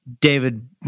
David